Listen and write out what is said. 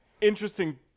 interesting